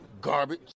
Garbage